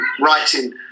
writing